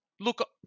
Look